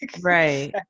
Right